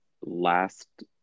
last